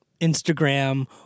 Instagram